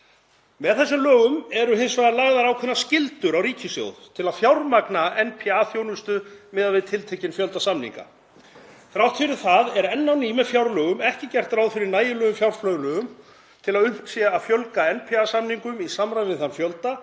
Með þessum lögum eru hins vegar lagðar ákveðnar skyldur á ríkissjóð til að fjármagna NPA-þjónustu miðað við tiltekinn fjölda samninga. Þrátt fyrir það er enn á ný með fjárlögum ekki gert ráð fyrir nægilegum fjárframlögum til að unnt sé að fjölga NPA-samningum í samræmi við þann fjölda